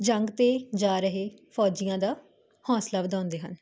ਜੰਗ ਤੇ ਜਾ ਰਹੇ ਫੌਜੀਆਂ ਦਾ ਹੌਸਲਾ ਵਧਾਉਂਦੇ ਹਨ